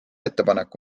ettepaneku